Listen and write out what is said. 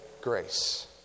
grace